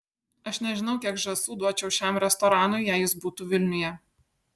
aš nežinau kiek žąsų duočiau šiam restoranui jei jis būtų vilniuje